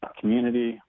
Community